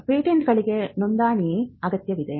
ಪೇಟೆಂಟ್ಗಳಿಗೆ ನೋಂದಣಿ ಅಗತ್ಯವಿದೆ